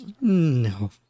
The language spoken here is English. No